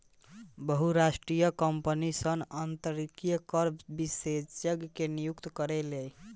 बहुराष्ट्रीय कंपनी सन अंतरराष्ट्रीय कर विशेषज्ञ के नियुक्त करेली